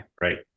Right